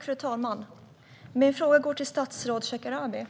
Fru talman! Min fråga går till statsrådet Shekarabi.